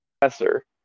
Professor